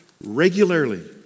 regularly